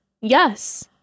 Yes